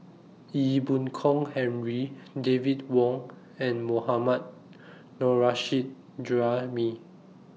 Ee Boon Kong Henry David Wong and Mohammad Nurrasyid Juraimi